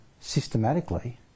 systematically